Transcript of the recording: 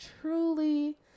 truly